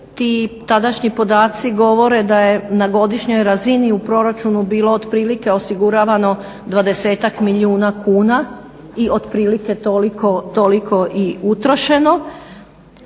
Tadašnji podaci govore da je na godišnjoj razini u proračunu bilo otprilike osiguravano 20-tak milijuna kuna i otprilike toliko i utrošeno.